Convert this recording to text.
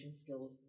skills